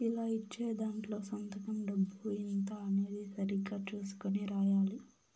ఇలా ఇచ్చే దాంట్లో సంతకం డబ్బు ఎంత అనేది సరిగ్గా చుసుకొని రాయాలి